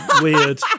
weird